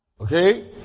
Okay